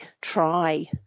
try